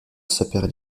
super